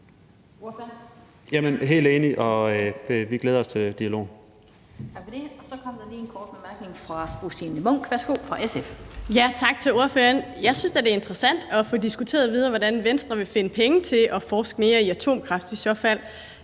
helt enig. Og vi glæder os til dialogen.